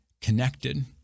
connected